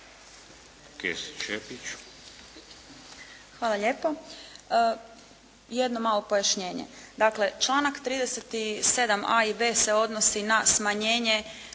Tajana** Hvala lijepo. Jedno malo pojašnjenje. Dakle članak 37.a i b se odnosi na smanjenje